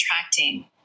attracting